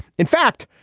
in fact,